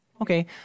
Okay